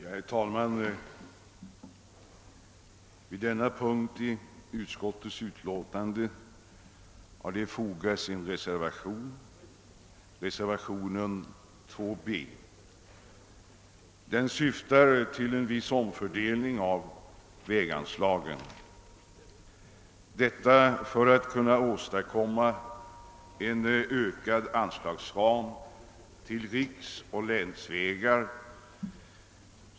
Herr talman! Vid denna punkt i utskottets utlåtande är fogad en reservation — reservationen 2 b — som syftar till en viss omfördelning av väganslaget, detta för att åstadkomma en ökad anslagsram till riksoch länsvägar.